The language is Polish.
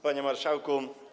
Panie Marszałku!